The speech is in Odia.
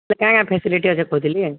କାଏଁ କାଏଁ ଫ୍ୟାସିଲିଟି ଅଛି ଆଜ୍ଞା କହୁଥିଲି